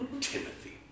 Timothy